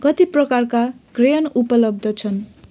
कति प्रकारका क्रेयन उपलब्ध छन्